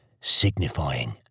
signifying